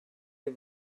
est